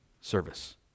service